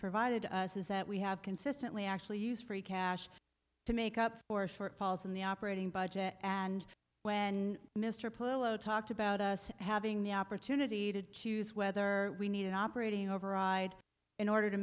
provided to us is that we have consistently actually used free cash to make up for shortfalls in the operating budget and when mr polo talked about us having the opportunity to choose whether we need an operating override in order to